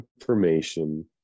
information